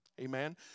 Amen